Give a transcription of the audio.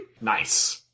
Nice